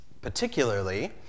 particularly